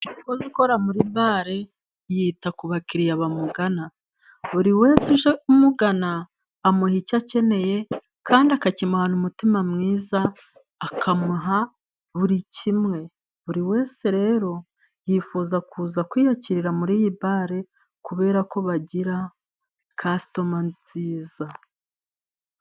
Umukozi ukora muri bare yita ku bakiriya bamugana. Buri wese uje amugana amuha icyo akeneye kandi akakimuhana umutima mwiza, akamuha buri kimwe. Buri wese rero yifuza kuza kwiyakirira muri iyi bare kubera ko bagira kasitoma nziza.